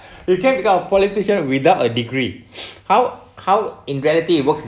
you can become a politician without a degree how how in reality it works